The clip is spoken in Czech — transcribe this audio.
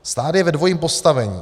Stát je ve dvojím postavení.